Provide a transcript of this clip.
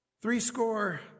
threescore